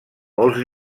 molts